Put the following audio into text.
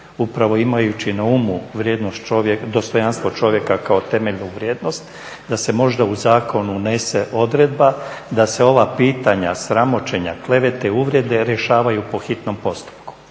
čovjeka, dostojanstvo čovjeka kao temeljnu vrijednost da se možda u zakon unese odredba da se ova pitanja sramoćenja, klevete, uvrede rješavaju po hitnom postupku